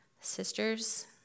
Sisters